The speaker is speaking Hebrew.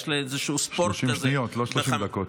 30 שניות לא 30 דקות.